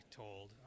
told